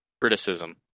criticism